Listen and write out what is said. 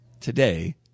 today